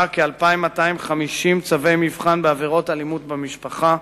כ-2,250 צווי מבחן בעבירות אלימות במשפחה,